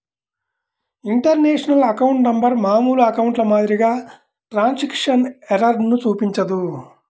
international account number మామూలు అకౌంట్ల మాదిరిగా ట్రాన్స్క్రిప్షన్ ఎర్రర్లను చూపించదు